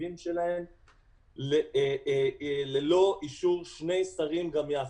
בצווים שלהן ללא אישור שני שרים גם יחד,